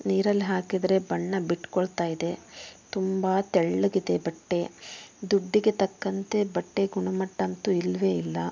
ನೀರಲ್ಲಿ ಹಾಕಿದರೆ ಬಣ್ಣ ಬಿಟ್ಕೊಳ್ತಾ ಇದೆ ತುಂಬ ತೆಳ್ಳಗಿದೆ ಬಟ್ಟೆ ದುಡ್ಡಿಗೆ ತಕ್ಕಂತೆ ಬಟ್ಟೆ ಗುಣಮಟ್ಟ ಅಂತು ಇಲ್ಲವೇ ಇಲ್ಲ